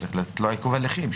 צריך לתת לו עיכוב הליכים,